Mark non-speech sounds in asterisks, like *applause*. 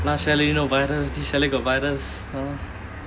now chalet you know virus this chalet got virus *noise*